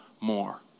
more